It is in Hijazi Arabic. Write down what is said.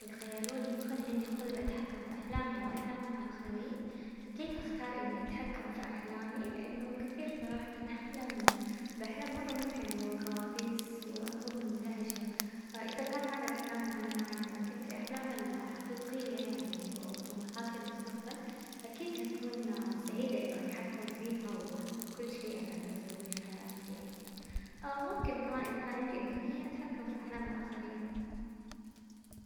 اذا خيروني يكون عندي قدرة اتحكم في احلامي او احلام الاخرين، اكيد هختار اني اتحكم في احلامي لانه كثير صراحة احلم باحلام مرة مو حلوة وكوابيس واكون منزعجة، اذا كان هذا الاحلام وانا نايمة، لكن في احلام حقيقية يعني وطموحاتي المستقبل اكيد هكون سعيدة انه اتحكم فيها واحقق كل شي انا ابى اسويه في حياتي يعني، وممكن كمان اذا كان عندي امكانية اتحكم في احلام الاخرين.